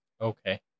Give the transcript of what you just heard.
Okay